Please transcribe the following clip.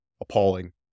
appalling